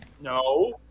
No